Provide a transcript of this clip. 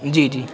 جی جی